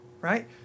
right